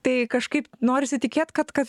tai kažkaip norisi tikėt kad kad